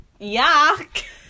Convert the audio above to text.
Yuck